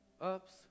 ups